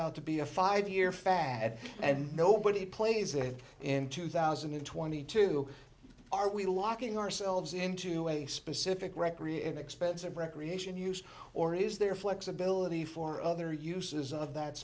out to be a five year fad and nobody plays it in two thousand and twenty two are we locking ourselves into a specific recreation expense and recreation used or is there flexibility for other uses of that